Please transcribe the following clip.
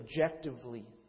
objectively